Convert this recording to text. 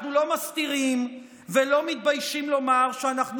אנחנו לא מסתירים ולא מתביישים לומר שאנחנו